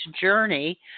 journey